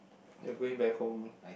you're going back home hor